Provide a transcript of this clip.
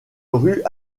rue